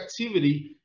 activity